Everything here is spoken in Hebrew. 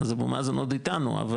אז אפשר גם לפרט אותם פה,